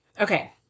Okay